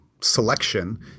selection